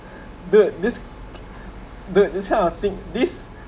dude this dude this kind of thing this